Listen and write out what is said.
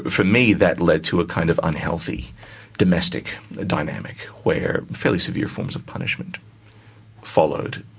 for me that led to a kind of unhealthy domestic dynamic, where fairly severe forms of punishment followed.